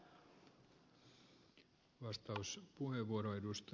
arvoisa herra puhemies